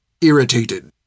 irritated